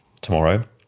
tomorrow